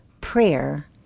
Prayer